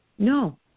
No